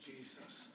Jesus